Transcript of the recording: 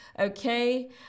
Okay